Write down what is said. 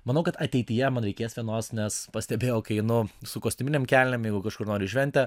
manau kad ateityje man reikės vienos nes pastebėjau kai einu su kostiuminėm kelnėm jeigu kažkur noriu į šventę